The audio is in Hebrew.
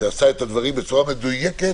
שעשה את הדברים בצורה מדויקת,